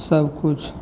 सबकिछु